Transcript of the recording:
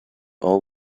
all